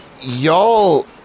y'all